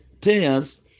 tears